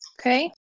Okay